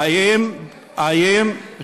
איפה זה כתוב?